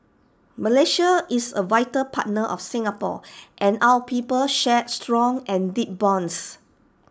Malaysia is A vital partner of Singapore and our peoples share strong and deep bonds